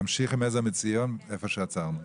נמשיך עם ׳עזר מציון׳, מאיפה שעצרנו.